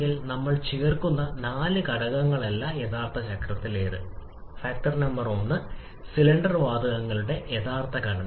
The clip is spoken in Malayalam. കംപ്രഷന്റെ അവസാനം ഏതെങ്കിലും തരത്തിലുള്ള വിച്ഛേദത്തിന് കാരണമാകുന്ന താപനിലയും ഗണ്യമായി കുറയുന്നു